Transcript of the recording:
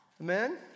Amen